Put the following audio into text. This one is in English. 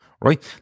right